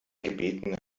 gebeten